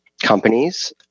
companies